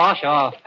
sure